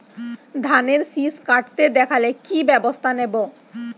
ধানের শিষ কাটতে দেখালে কি ব্যবস্থা নেব?